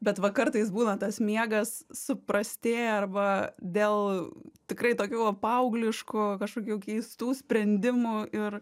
bet va kartais būna tas miegas suprastėja arba dėl tikrai tokių va paaugliškų kažkokių keistų sprendimų ir